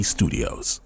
Studios